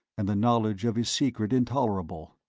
and the knowledge of his secret intolerable.